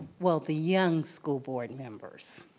well, the young school board members,